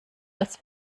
als